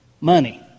Money